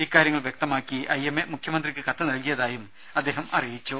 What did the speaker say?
ഇക്കാര്യങ്ങൾ വ്യക്തമാക്കി ഐഎംഎ മുഖ്യമന്ത്രിക്ക് കത്ത് നൽകിയതായും അദ്ദേഹം അറിയിച്ചു